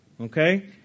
okay